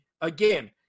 again